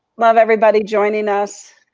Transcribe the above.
love everybody joining us.